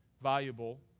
valuable